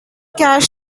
cash